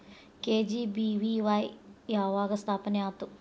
KGBVY ಯಾವಾಗ ಸ್ಥಾಪನೆ ಆತು?